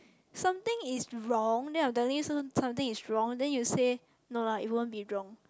something is wrong then I am telling you something something is wrong then you say no lah it won't be wrong